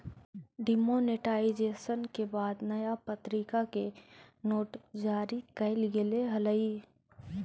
demonetisation के बाद नया प्तरीका के नोट जारी कैल गेले हलइ